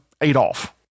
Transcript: Adolf